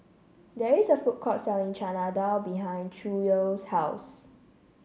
there is a food court selling Chana Dal behind Schuyler's house